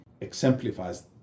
exemplifies